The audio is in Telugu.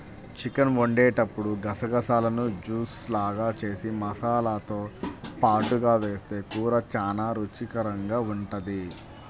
చికెన్ వండేటప్పుడు గసగసాలను జూస్ లాగా జేసి మసాలాతో పాటుగా వేస్తె కూర చానా రుచికరంగా ఉంటది